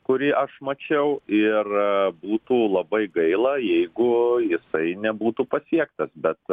kurį aš mačiau ir būtų labai gaila jeigu jisai nebūtų pasiektas bet